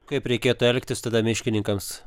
kaip reikėtų elgtis tada miškininkams